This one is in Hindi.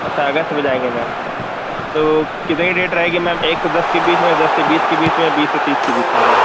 अच्छा अगस्त में जाएँगे मैम तो कितनी डेट रहेगी मैम एक से दस के बीच में या दस से बीस के बीच में या बीस से तीस के बीच में मैम